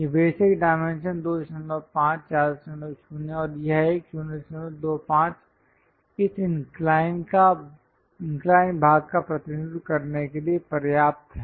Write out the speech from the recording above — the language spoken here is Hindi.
ये बेसिक डाइमेंशंस 25 40 और यह एक 025 इस इंक्लाइन भाग का प्रतिनिधित्व करने के लिए पर्याप्त हैं